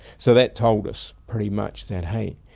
so that told us pretty much that, hey,